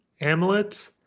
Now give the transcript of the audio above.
Amulet